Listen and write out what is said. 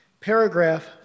paragraph